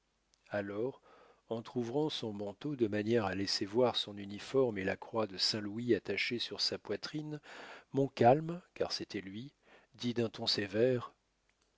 alors entr'ouvrant son manteau de manière à laisser voir son uniforme et la croix de saintlouis attachée sur sa poitrine montcalm car c'était lui dit d'un ton sévère